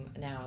now